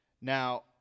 Now